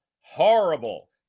horrible